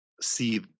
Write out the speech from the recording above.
see